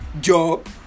job